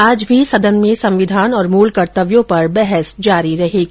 आज भी सदन में संविधान और मूल कर्तव्यों पर बहस जारी रहेगी